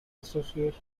associates